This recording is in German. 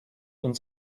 uns